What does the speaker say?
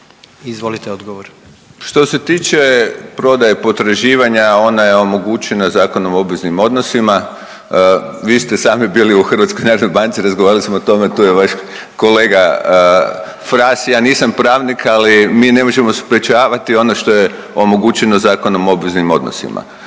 Boris** Što se tiče prodaje potraživanja ona je omogućena Zakonom o obveznim odnosima. Vi ste sami bili u HNB-u, razgovarali smo o tome, tu je vaš kolega Fras, ja nisam pravnik ali mi ne možemo sprječavati ono što je omogućeno Zakonom o obveznim odnosima.